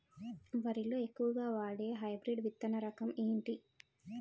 వరి లో ఎక్కువుగా వాడే హైబ్రిడ్ విత్తన రకం ఏంటి?